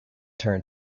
turn